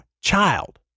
child